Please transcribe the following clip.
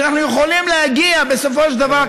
שאנחנו יכולים להגיע בסופו של דבר,